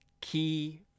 key